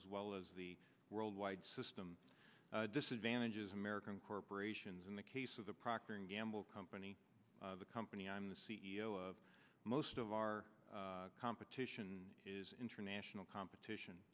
as well as the world wide system disadvantages american corporations in the case of the procter and gamble company the company i'm the c e o of most of our competition is international competition